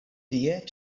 tie